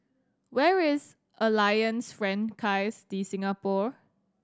where is Alliance Francaise De Singapour